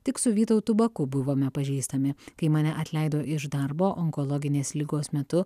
tik su vytautu baku buvome pažįstami kai mane atleido iš darbo onkologinės ligos metu